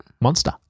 Monster